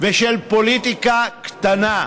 ושל פוליטיקה קטנה.